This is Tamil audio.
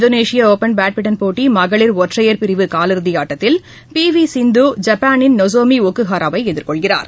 இந்தோனேஷிய ஒபன் பேட்மிண்டன் போட்டி மகளிர் ஒற்றையர் பிரிவு காலிறுதி ஆட்டத்தில் பி வி சிந்து ஜப்பானின் நொசோமி ஒக்குஹாரா எதிர்கொள்கிறார்